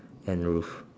and roof